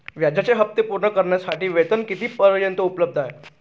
व्याजाचे हप्ते पूर्ण करण्यासाठी वेतन किती पर्यंत उपलब्ध आहे?